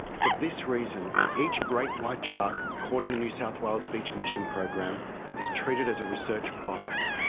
for this reason, each great white shark caught in the new south wales beach meshing program is treated as a research prize.